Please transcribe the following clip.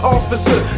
Officer